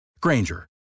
Granger